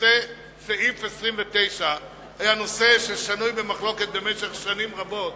סעיף 29 היה שנוי במחלוקת במשך שנים רבות